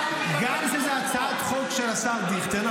זו גם הצעה של השר דיכטר,